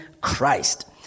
Christ